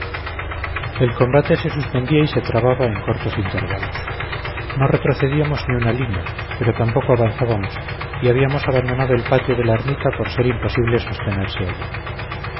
el combate se suspendía y se trababa en cortos intervalos no retrocedíamos ni una línea pero tampoco avanzábamos y habíamos abandonado el patio de la ermita por ser imposible sostenerse allí